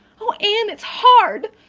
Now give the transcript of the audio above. oh, anne, it's hard.